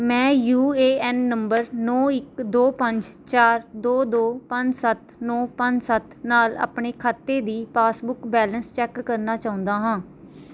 ਮੈਂ U A N number ਨੌਂ ਇੱਕ ਦੋ ਪੰਜ ਚਾਰ ਦੋ ਦੋ ਪੰਜ ਸੱਤ ਨੌਂ ਪੰਜ ਸੱਤ ਨਾਲ ਆਪਣੇ ਖਾਤੇ ਦੀ ਪਾਸਬੁੱਕ ਬੈਲੇਂਸ ਚੈੱਕ ਕਰਨਾ ਚਾਹੁੰਦਾ ਹਾਂ